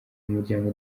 muryango